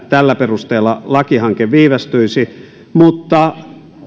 tällä perusteella viivästyisi mutta